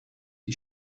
die